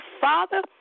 Father